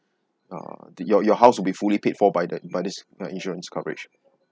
uh the your your house will be fully paid for by the by this insurance coverage